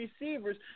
receivers